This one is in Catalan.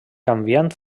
canviant